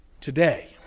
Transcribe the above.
today